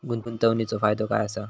गुंतवणीचो फायदो काय असा?